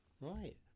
Right